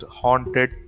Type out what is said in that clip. haunted